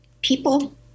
People